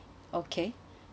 okay